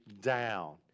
down